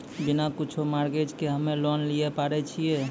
बिना कुछो मॉर्गेज के हम्मय लोन लिये पारे छियै?